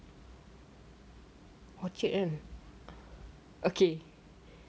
orchard kan okay